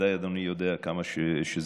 בוודאי אדוני יודע כמה זה חשוב,